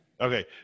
Okay